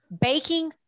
baking